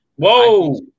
Whoa